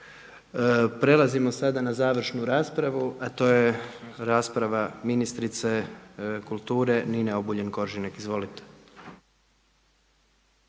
Prelazimo sada na završnu raspravu a to je rasprava ministrice kulture Nine Obuljen Koržinek. Izvolite.